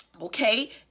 okay